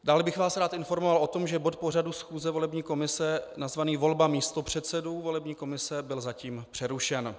Dále bych vás rád informoval o tom, že bod pořadu schůze volební komise nazvaný Volba místopředsedů volební komise byl zatím přerušen.